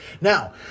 Now